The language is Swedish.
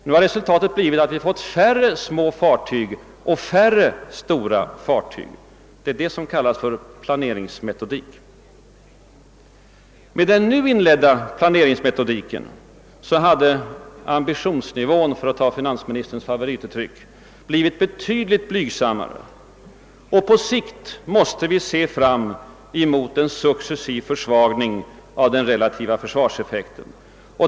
Nu har resultatet blivit att vi får färre små och färre stora fartyg. — Det är sådant som kallas för planeringsmetodik. Med den nu inledda planeringsmetodiken hade ambitionsnivån — för att använda finansministerns favorituttryck blivit betydligt blygsammare, och på sikt måste vi se fram mot en successiv försvagning av den relativa försvarseffekten.